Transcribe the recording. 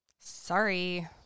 Sorry